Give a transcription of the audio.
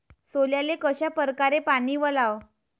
सोल्याले कशा परकारे पानी वलाव?